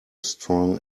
strong